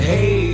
Hey